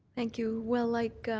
thank you. well, like